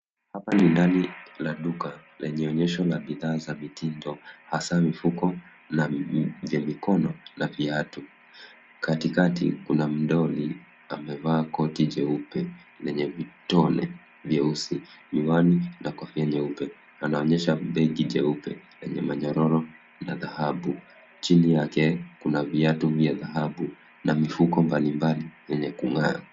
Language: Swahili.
Hapa ni ndani la duka lenye onyesho la bidhaa za mitindo hasa mifuko ya mikono na viatu. Katitati kuna mdoli amevaa koti jeupe yenye vitone vyeusi ,miwani na kofia nyeupe. Anaonyesha begi jeupe yenye manyororo ya dhahabu. Chini yake kuna viatu vya dhahabu na mifuko mbalimbali yenye kung'aa.